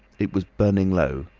it was burning low,